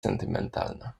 sentymentalna